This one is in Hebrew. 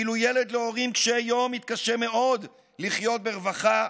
ואילו ילד להורים קשי יום יתקשה מאוד לחיות ברווחה,